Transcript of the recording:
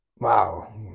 Wow